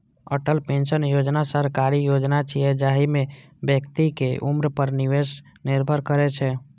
Atal pension योजना सरकारी योजना छियै, जाहि मे व्यक्तिक उम्र पर निवेश निर्भर करै छै